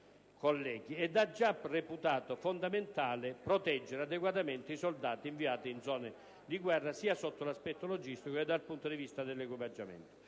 colleghi, ed ha già reputato fondamentale proteggere adeguatamente i soldati inviati in zone di guerra, sia sotto l'aspetto logistico che dal punto di vista dell'equipaggiamento.